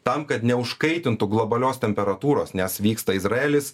tam kad neužkaitintų globalios temperatūros nes vyksta izraelis